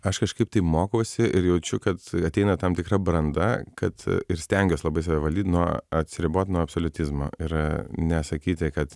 aš kažkaip tai mokausi ir jaučiu kad ateina tam tikra branda kad ir stengiuos labai save valyt nuo atsiribot nuo absoliutizmo ir nesakyti kad